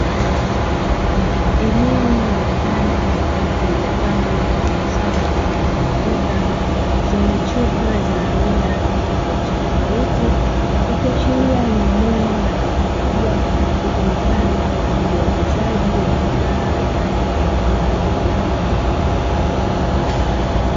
Eneo la ndani lililopangwa katika safu zilizonyooka, zenye chupa za aina tofautitofauti, ikiashiria ni eneo la duka kubwa, litumikalo kwa ajili ya uuzaji wa bidhaa za aina mbalimbali kama vile vinywaji.